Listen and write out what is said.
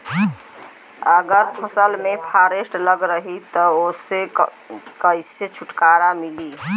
अगर फसल में फारेस्ट लगल रही त ओस कइसे छूटकारा मिली?